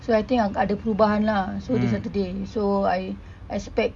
so I think yang ada perubahan lah this saturday so I expect